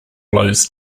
blows